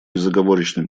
безоговорочной